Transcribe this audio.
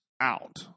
out